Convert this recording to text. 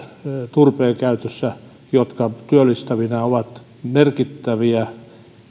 turpeen käytössä jotka työllistäjinä ovat merkittäviä